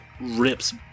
rips